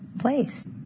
place